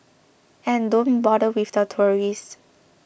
and don't bother with the tourists